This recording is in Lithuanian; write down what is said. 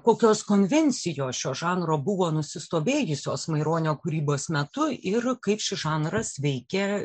kokios konvencijos šio žanro buvo nusistovėjusios maironio kūrybos metu ir kaip šis žanras veikia